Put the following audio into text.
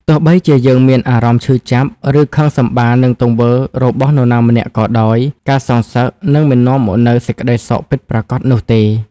ទោះបីជាយើងមានអារម្មណ៍ឈឺចាប់ ឬខឹងសម្បារនឹងទង្វើរបស់នរណាម្នាក់ក៏ដោយ ការសងសឹកនឹងមិននាំមកនូវសេចក្តីសុខពិតប្រាកដនោះទេ។